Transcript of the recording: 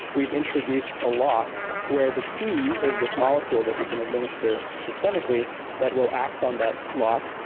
we've introduced a lock where the key is this molecule that we can administer systemically that will act on that lock,